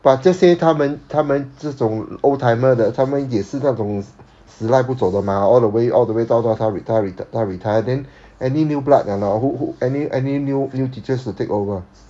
but 这些他们他们这种 old-timer 的他们也是那种死赖不走的 mah all the way all the way 到到他 retire 他 retire then any new blood or not who who any any new new teachers to take over